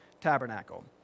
tabernacle